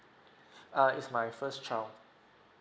uh it's my first child